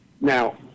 Now